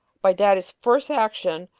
by that his first action,